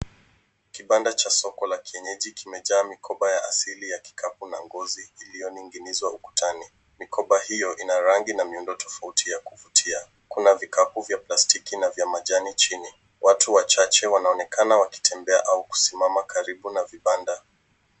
Kibanda cha soko la kienyeji kimejaa mikoba ya asili ya kikapu na ngozi iliyoninginizwa ukutani. Mikoba hiyo ina rangi na miundo tofauti ya kuvutia. Kuna vikapu vya plastiki na vya majani chini. Watu wachache wanaonekana wakitembea au kusimama karibu na vibanda.